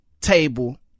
table